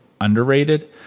underrated